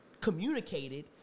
communicated